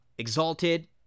Exalted